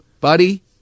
Buddy